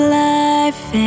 life